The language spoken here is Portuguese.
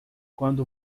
quando